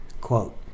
quote